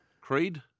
Creed